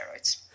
steroids